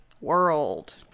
World